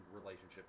relationship